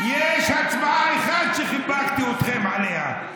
יש הצבעה אחת שחיבקתי אתכם בגללה,